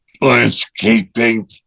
landscaping